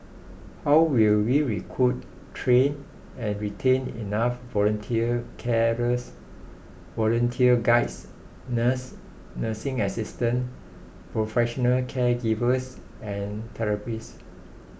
how will we recruit train and retain enough volunteer carers volunteer guides nurses nursing assistants professional caregivers and therapists